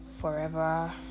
forever